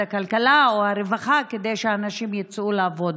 הכלכלה או הרווחה כדי שאנשים יצאו לעבוד.